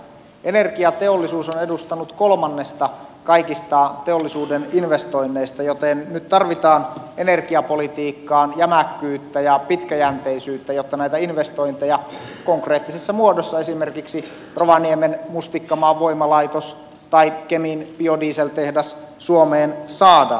energiateollisuus on edustanut kolmannesta kaikista teollisuuden investoinneista joten nyt tarvitaan energiapolitiikkaan jämäkkyyttä ja pitkäjänteisyyttä jotta näitä investointeja konkreettisessa muodossa esimerkiksi rovaniemen mustikkamaan voimalaitos tai kemin biodieseltehdas suomeen saadaan